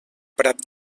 prat